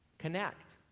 connect.